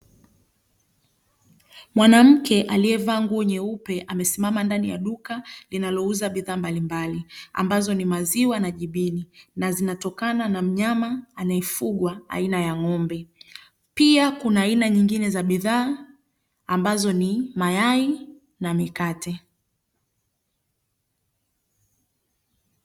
Mwanamke aliyevaa nguo nyeupe amesimama ndani ya duka linalouza bidhaa mbalimbali, ambazo ni maziwa na jibini na zinatokana na mnyama anayefugwa aina ya ng'ombe. Pia kuna aina nyingine za bidhaa ambazo ni mayai na mikate.